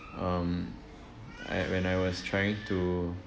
um I when I was trying to